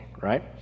Right